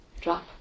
drop